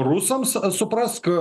rusams suprask